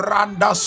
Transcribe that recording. Randa